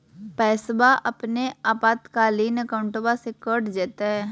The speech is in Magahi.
पैस्वा अपने आपातकालीन अकाउंटबा से कट जयते?